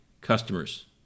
customers